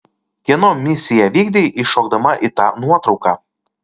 kieno misiją vykdei įšokdama į tą nuotrauką